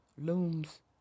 Looms